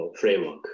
framework